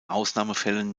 ausnahmefällen